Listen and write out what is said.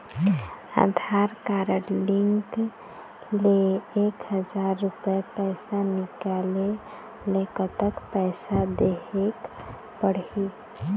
आधार card link ले एक हजार रुपया पैसा निकाले ले कतक पैसा देहेक पड़ही?